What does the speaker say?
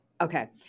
Okay